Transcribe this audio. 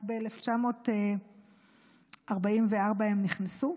רק ב-1944 הם נכנסו.